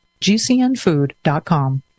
GCNfood.com